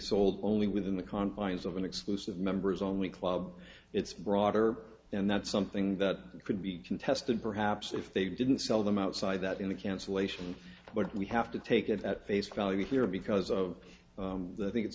sold only within the confines of an exclusive members only club it's broader and that's something that could be contested perhaps if they didn't sell them outside that in the cancellation but we have to take it at face value here because of the i think it's